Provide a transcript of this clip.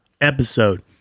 episode